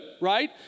right